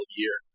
year